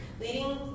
leading